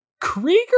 Krieger